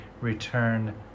return